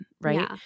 Right